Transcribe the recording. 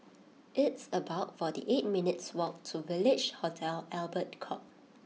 it's about forty eight minutes' walk to Village Hotel Albert Court